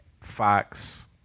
Fox